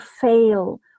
fail